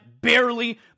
barely